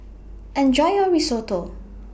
Enjoy your Risotto